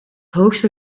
hoogste